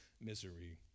misery